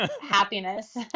happiness